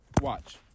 Watch